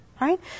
right